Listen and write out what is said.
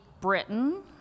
Britain